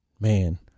man